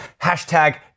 hashtag